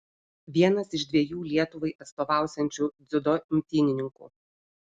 vienas iš dviejų lietuvai atstovausiančių dziudo imtynininkų